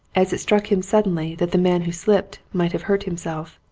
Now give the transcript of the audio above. as it struck him suddenly that the man who slipped might have hurt himself,